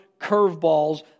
curveballs